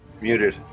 Muted